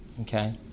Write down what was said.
okay